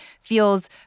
feels